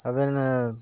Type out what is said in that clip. ᱟᱵᱮᱱ